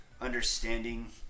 understanding